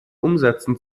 umsetzen